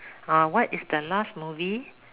uh what is the last movie